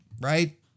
right